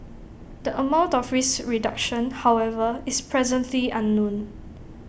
the amount of risk reduction however is presently unknown